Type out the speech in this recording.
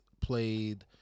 played